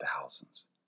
thousands